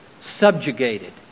subjugated